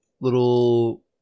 little